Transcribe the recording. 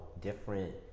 different